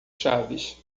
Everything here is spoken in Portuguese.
chaves